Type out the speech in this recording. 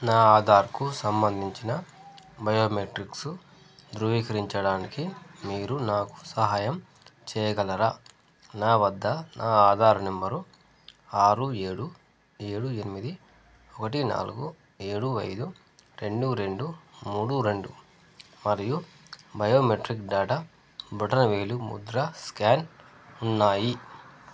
నా ఆధార్కు సంబంధించిన బయోమెట్రిక్సు ధృవీకరించడానికి మీరు నాకు సహాయం చేయగలరా నా వద్ద నా ఆధార నెంబరు ఆరు ఏడు ఏడు ఎనిమిది ఒకటి నాలుగు ఏడు ఐదు రెండు రెండు మూడు రెండు మరియు బయోమెట్రిక్ డాటా బొటనవేలు ముద్ర స్కాన్ ఉన్నాయి